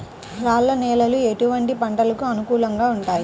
రాళ్ల నేలలు ఎటువంటి పంటలకు అనుకూలంగా ఉంటాయి?